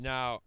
Now